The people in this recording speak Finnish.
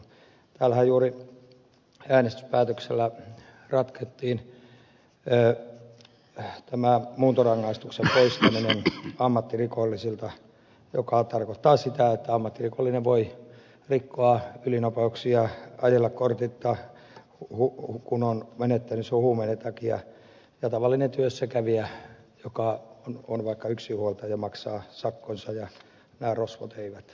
täällähän juuri äänestyspäätöksellä ratkottiin tämä muuntorangaistuksen poistaminen ammattirikollisilta mikä tarkoittaa sitä että ammattirikollinen voi rikkoa ylinopeuksia ajella kortitta kun on menettänyt sen huumeiden takia ja tavallinen työssäkävijä joka on vaikka yksinhuoltaja maksaa sakkonsa ja nämä rosvot eivät